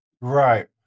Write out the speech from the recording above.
Right